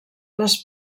les